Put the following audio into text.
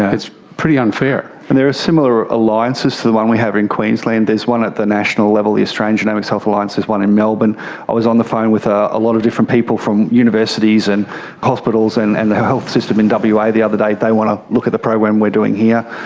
it's pretty unfair. and there are similar alliances to the one we have in queensland. there's one at the national level, the australian genomics health alliance, there's one in melbourne. i was on the phone with a lot of different people from universities and hospitals, and and the health system and but in wa the other day, they want to look at the program we're doing here.